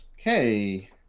Okay